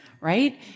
right